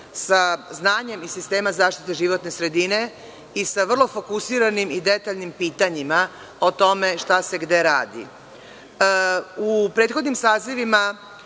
sa znanjem iz sistema zaštite životne sredine i sa vrlo fokusiranim i detaljnim pitanjima o tome šta se gde radi.U